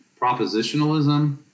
propositionalism